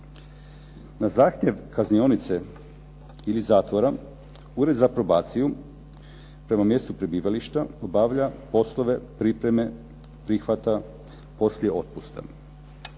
Na zahtjev kaznionice ili zatvora, Ured za probaciju prema mjestu prebivališta obavlja poslove pripreme prihvata poslije otpusta.